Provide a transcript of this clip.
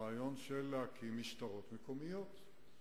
עלה הרעיון להקים משטרות מקומיות,